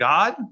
God